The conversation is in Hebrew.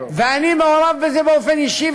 ואני מעורב בזה באופן אישי,